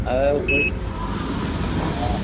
और कुछ हाँ